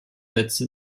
setzte